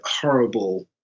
horrible